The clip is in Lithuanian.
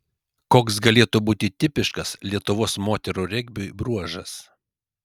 koks galėtų būti tipiškas lietuvos moterų regbiui bruožas